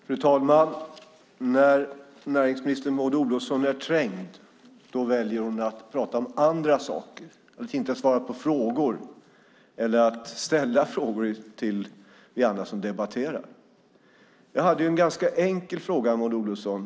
Fru talman! När näringsminister Maud Olofsson är trängd väljer hon att prata om andra saker, att inte svara på frågor eller att ställa frågor till oss andra som debatterar. Jag hade en ganska enkel fråga, Maud Olofsson.